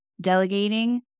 delegating